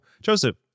Joseph